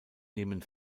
neben